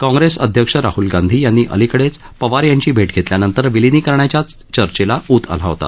काँग्रेस अध्यक्ष राहल गांधी यांनी अलिकडेच पवार यांची भेट घेतल्यानंतर विलीनीकरण्याच्या चर्चेला ऊत आला होता